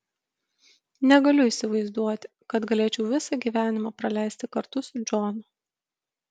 negaliu įsivaizduoti kad galėčiau visą gyvenimą praleisti kartu su džonu